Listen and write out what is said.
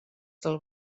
del